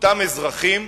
אותם אזרחים,